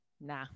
Nah